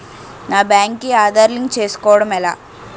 నా బ్యాంక్ కి ఆధార్ లింక్ చేసుకోవడం ఎలా?